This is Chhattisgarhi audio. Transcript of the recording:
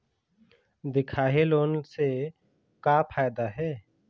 दिखाही लोन से का फायदा हे?